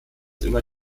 immer